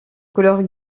couleur